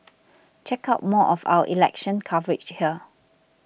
check out more of our election coverage here